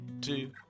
two